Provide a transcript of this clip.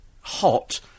hot